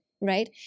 Right